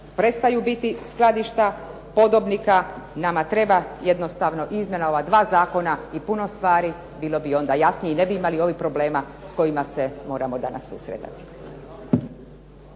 prestaju biti skladišta podobnika. Nama treba jednostavno izmjena ova dva zakona i puno stvari bilo bi onda jasnije i ne bi imali ovih problema s kojima se moramo danas susretati.